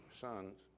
sons